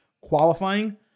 qualifying